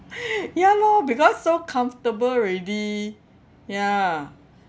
ya lor because so comfortable already ya